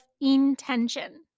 intention